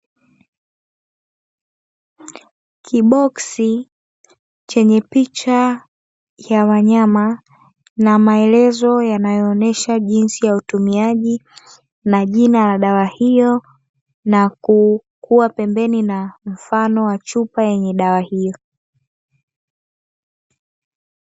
Kiboksi chenye picha ya wanyama na maelezo yanayoonesha jinsi ya utumiaji na jina la dawa hiyo, na kuwa pembeni na mfano wa chupa yenye dawa hiyo.